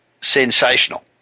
sensational